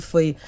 Foi